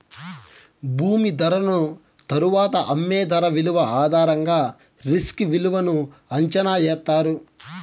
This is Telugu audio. భూమి ధరను తరువాత అమ్మే ధర విలువ ఆధారంగా రిస్క్ విలువను అంచనా ఎత్తారు